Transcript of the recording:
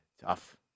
Tough